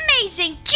amazing